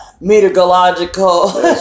meteorological